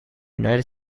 united